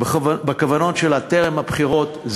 בכוונות שלה טרם הבחירות,